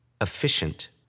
efficient